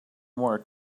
more